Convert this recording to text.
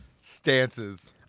stances